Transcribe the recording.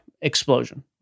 explosion